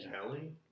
Kelly